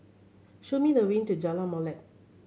show me the way to Jalan Molek